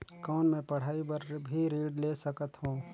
कौन मै पढ़ाई बर भी ऋण ले सकत हो?